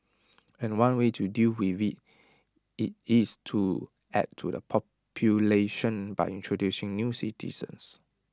and one way to deal with IT is to add to the population by introducing new citizens